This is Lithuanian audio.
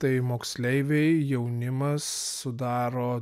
tai moksleiviai jaunimas sudaro